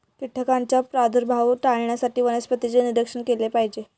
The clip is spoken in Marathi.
कीटकांचा प्रादुर्भाव टाळण्यासाठी वनस्पतींचे निरीक्षण केले पाहिजे